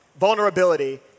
vulnerability